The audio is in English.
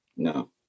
no